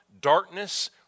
darkness